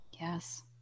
Yes